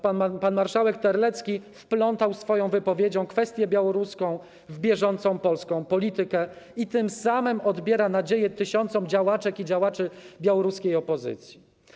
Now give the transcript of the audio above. Pan marszałek Terlecki wplątał swoją wypowiedzią kwestię białoruską w bieżącą polską politykę i tym samym odbiera nadzieję tysiącom działaczek i działaczy białoruskiej opozycji.